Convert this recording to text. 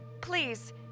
Please